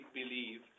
believe